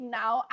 now